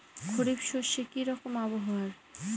খরিফ শস্যে কি রকম আবহাওয়ার?